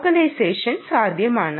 localisation സാധ്യമാണ്